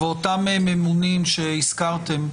אותם ממונים שהזכרתם,